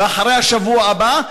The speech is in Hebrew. אחרי השבוע הבא,